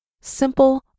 simple